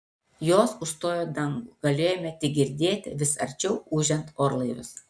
jos užstojo dangų galėjome tik girdėti vis arčiau ūžiant orlaivius